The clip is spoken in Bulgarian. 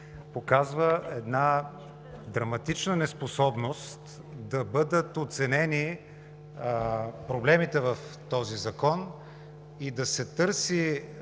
показва една драматична неспособност да бъдат оценени проблемите в този закон и да се търси